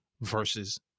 versus